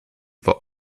war